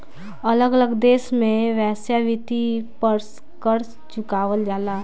अलग अलग देश में वेश्यावृत्ति पर कर चुकावल जाला